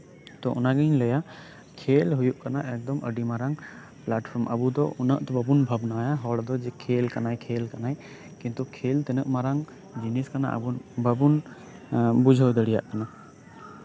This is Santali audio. ᱛᱳ ᱚᱱᱟᱜᱤᱧ ᱞᱟᱹᱭᱟ ᱠᱷᱮᱞ ᱦᱩᱭᱩᱜ ᱠᱟᱱᱟ ᱚᱱᱟᱜᱤ ᱟᱹᱰᱤ ᱢᱟᱨᱟᱝ ᱯᱟᱞᱟᱴᱯᱷᱚᱨᱚᱢ ᱟᱵᱚᱫᱚ ᱩᱱᱟᱹᱜ ᱫᱚ ᱵᱟᱵᱚᱱ ᱵᱷᱟᱵᱱᱟᱭᱟ ᱦᱚᱲ ᱫᱚ ᱡᱮ ᱠᱷᱮᱞ ᱠᱟᱱᱟᱭ ᱠᱷᱮᱞ ᱠᱟᱱᱟᱭ ᱠᱤᱱᱛᱩ ᱠᱷᱮᱞ ᱛᱤᱱᱟᱹᱜ ᱢᱟᱨᱟᱝ ᱡᱤᱱᱤᱥ ᱠᱟᱱᱟ ᱟᱵᱚᱫᱚ ᱵᱟᱵᱚᱱ ᱵᱩᱡᱷᱟᱹᱣ ᱫᱟᱲᱮᱭᱟᱜ ᱠᱟᱱᱟ